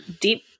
deep